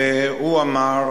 והוא אמר: